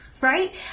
right